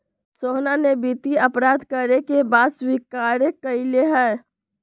सोहना ने वित्तीय अपराध करे के बात स्वीकार्य कइले है